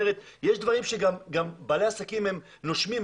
בעלי העסקים הם נושמים,